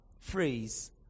phrase